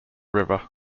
river